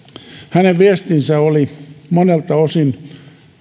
hänen viestinsä oli monelta osin